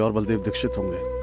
ah baldev dixit. i'm